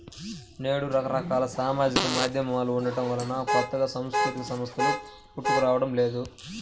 నేడు రకరకాల సామాజిక మాధ్యమాలు ఉండటం వలన కొత్తగా సాంస్కృతిక సంస్థలు పుట్టుకురావడం లేదు